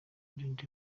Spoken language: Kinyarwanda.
ndende